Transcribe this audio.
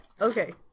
Okay